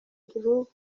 group